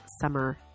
summer